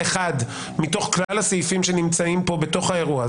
אחד מתוך כלל הסעיפים שנמצאים פה בתוך האירוע.